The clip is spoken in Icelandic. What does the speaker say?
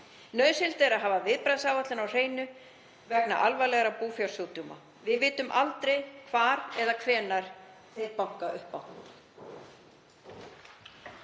Nauðsynlegt er að hafa viðbragðsáætlanir á hreinu vegna alvarlegra búfjársjúkdóma. Við vitum aldrei hvar eða hvenær þeir banka upp á.